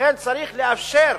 לכן צריך לאפשר,